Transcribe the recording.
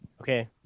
Okay